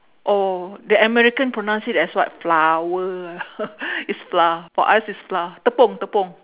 oh the american pronounce it as what flower is flour for us is flour tepung tepung